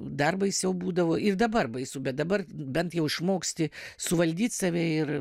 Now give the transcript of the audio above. dar baisiau būdavo ir dabar baisu bet dabar bent jau išmoksti suvaldyt save ir